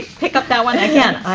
pick up that one again. i,